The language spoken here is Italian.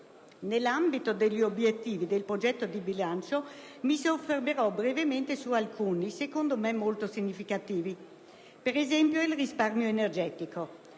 Nell'ambito degli obiettivi del progetto di bilancio, mi soffermerò brevemente su alcuni, a mio avviso molto significativi, come per esempio il risparmio energetico.